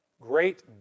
great